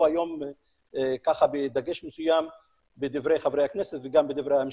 היום ככה בדגש מסוים בדברי חברי הכנסת וגם בדברי המשתתפים.